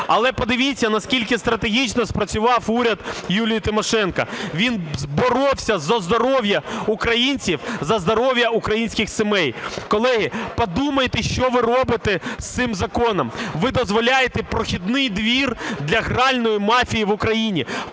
але подивіться, наскільки стратегічно спрацював уряд Юлії Тимошенко. Він боровся за здоров'я українців, за здоров'я українських сімей. Колеги, подумайте, що ви робите з цим законом, ви дозволяєте "прохідний двір" для гральної мафії в Україні